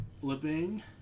Flipping